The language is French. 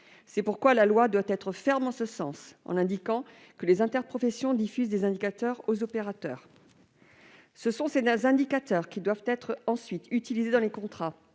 C'est pourquoi la loi doit être ferme en ce sens, en indiquant que les interprofessions diffusent des indicateurs aux opérateurs. Ce sont ces indicateurs qui doivent ensuite être utilisés dans les contrats.